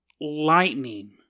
Lightning